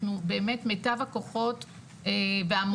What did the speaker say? אנחנו באמת מיטב הכוחות והמוחות,